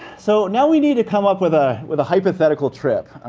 so now we need to come up with ah with a hypothetical trip.